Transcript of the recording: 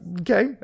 okay